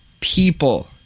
people